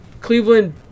Cleveland